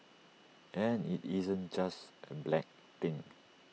and IT isn't just A black thing